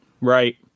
Right